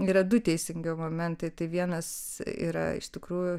yra du teisingiau momentai tai vienas yra iš tikrųjų